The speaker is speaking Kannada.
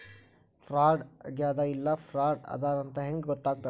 ಫ್ರಾಡಾಗೆದ ಇಲ್ಲ ಫ್ರಾಡಿದ್ದಾರಂತ್ ಹೆಂಗ್ ಗೊತ್ತಗ್ತದ?